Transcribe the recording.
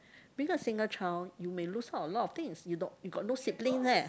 being a single child you may lose out a lot of things you don~ you got no sibling leh